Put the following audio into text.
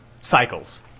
cycles